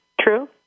true